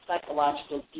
psychological